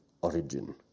origin